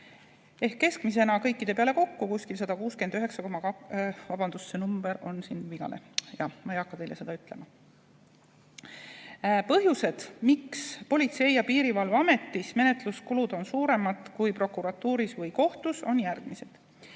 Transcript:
ehk keskmisena kõikide peale kokku umbes 169 ... Vabandust! See arv on mul siin vigane ja ma ei hakka teile seda ütlema. Põhjused, miks Politsei- ja Piirivalveametis on menetluskulud suuremad kui prokuratuuris või kohtus, on järgmised.